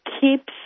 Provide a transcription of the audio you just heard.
keeps